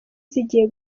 zigiye